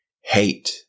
hate